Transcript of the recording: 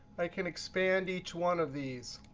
i can expand each one of these.